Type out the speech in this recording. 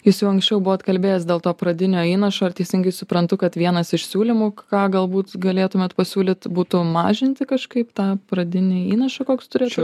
jūs jau anksčiau buvot kalbėjęs dėl to pradinio įnašo ar teisingai suprantu kad vienas iš siūlymų ką galbūt galėtumėt pasiūlyt būtų mažinti kažkaip tą pradinį įnašą koks turėtų